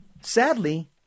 Sadly